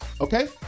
Okay